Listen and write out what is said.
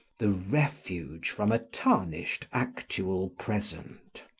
the refuge from a tarnished actual present,